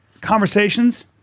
conversations